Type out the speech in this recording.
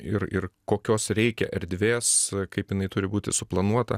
ir ir kokios reikia erdvės kaip jinai turi būti suplanuota